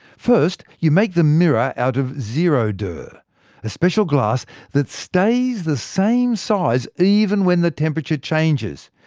first, you make the mirror out of zerodur a special glass that stays the same size even when the temperature changes.